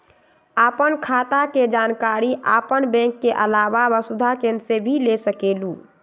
आपन खाता के जानकारी आपन बैंक के आलावा वसुधा केन्द्र से भी ले सकेलु?